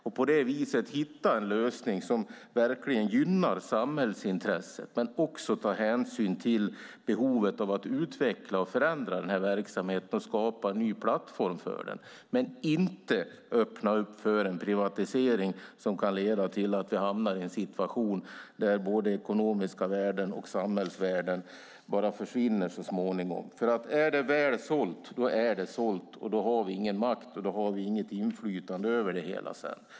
På det sättet kan man hitta en lösning som verkligen gynnar samhällsintresset men också tar hänsyn till behovet av att utveckla och förändra verksamheten och skapa en ny plattform för den utan att öppna för en privatisering som kan leda till att både ekonomiska värden och samhällsvärden försvinner så småningom. Är det väl sålt har vi ingen makt och inget inflytande över det hela.